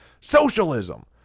Socialism